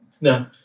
No